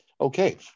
Okay